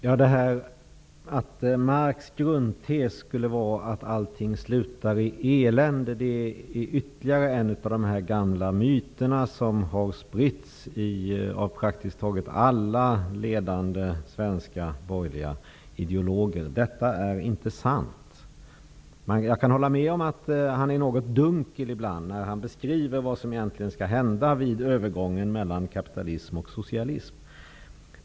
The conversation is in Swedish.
Herr talman! Att Marx grundtes skulle vara att allt slutar i elände är ytterligare en av de gamla myterna som har spritts av praktiskt taget alla ledande, borgerliga ideologer. Detta är inte sant! Men jag kan hålla med om att Marx ibland är något dunkel när han skall beskriva vad som egentligen skall hända i övergången mellan kapitalism och socialism.